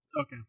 Okay